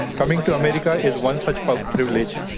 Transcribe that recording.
coming to america is one such but privilege,